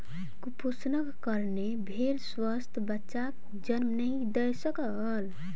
कुपोषणक कारणेँ भेड़ स्वस्थ बच्चाक जन्म नहीं दय सकल